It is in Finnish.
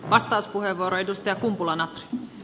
arvoisa puhemies